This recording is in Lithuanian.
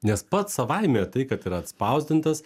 nes pats savaime tai kad yra atspausdintas